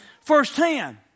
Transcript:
firsthand